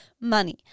money